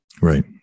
right